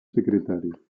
secretario